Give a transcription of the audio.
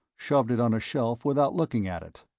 shoved it on a shelf without looking at it.